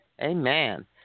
Amen